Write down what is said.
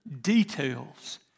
details